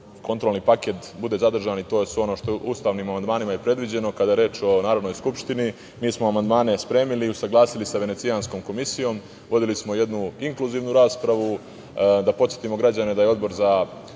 kontrolni paket bude zadržan i to je ono što je ustavnim amandmanima i predviđeno. Kada je reč o Narodnoj skupštini, mi smo amandmane spremili i usaglasili sa Venecijanskom komisijom. Vodili smo jednu inkluzivnu raspravu. Da podsetimo građane da je Odbor za